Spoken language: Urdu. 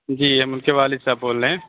جی ہم اُن کے والد صاحب بول رہے ہیں